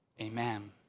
Amen